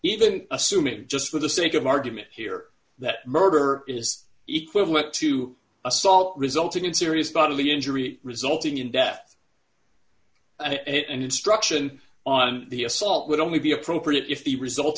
even assuming just for the sake of argument here that murder is equal to assault resulting in serious bodily injury resulting in death and destruction on the assault would only be appropriate if the result